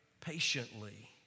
patiently